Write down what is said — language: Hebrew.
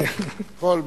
הכול בזמן.